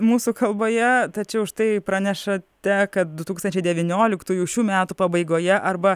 mūsų kalboje tačiau štai pranešate kad du tūkstančiai devynioliktųjų šių metų pabaigoje arba